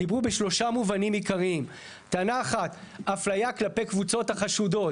דיברו בשלושה מובנים עיקריים: 1. אפליה כלפי קבוצות החשודות.